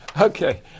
Okay